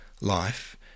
life